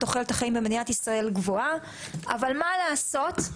תוחלת החיים במדינת ישראל גבוהה, אבל מה לעשות,